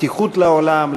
הפתיחות לעולם,